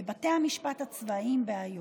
בבתי המשפט הצבאיים באיו"ש.